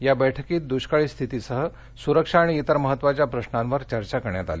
या बैठकीत दुष्काळी स्थितीसह सुरक्षा आणि इतर महत्वाच्या प्रशांवर चर्चा करण्यात आली